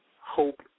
Hope